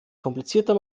komplizierter